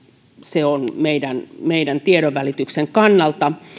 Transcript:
se on meidän meidän tiedonvälityksemme kannalta